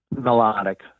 melodic